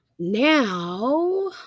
Now